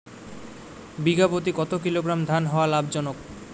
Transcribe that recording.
বিঘা প্রতি কতো কিলোগ্রাম ধান হওয়া লাভজনক?